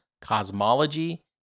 cosmology